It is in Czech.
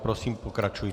Prosím pokračujte.